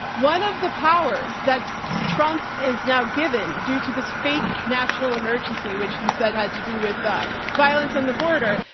one of the powers that trump is now given due to this fake national emergency, which he said had to do with the violence on the border,